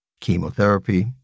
chemotherapy